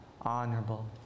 honorable